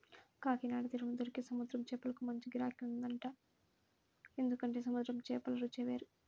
కాకినాడ తీరంలో దొరికే సముద్రం చేపలకు మంచి గిరాకీ ఉంటదంట, ఎందుకంటే సముద్రం చేపల రుచే వేరు